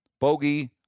Bogey